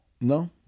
No